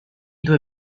due